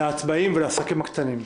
לעצמאים ולעסקים הקטנים.